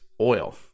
oil